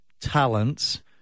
talents